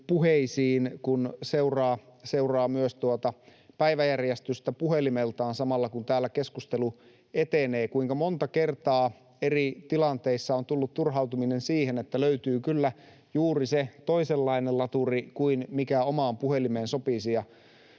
kun seuraa myös päiväjärjestystä puhelimeltaan samalla, kun täällä keskustelu etenee. Kuinka monta kertaa eri tilanteissa on tullut turhautuminen siihen, että löytyy kyllä juuri se toisenlainen laturi kuin mikä omaan puhelimeen sopisi,